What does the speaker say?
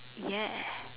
ya